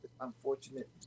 unfortunate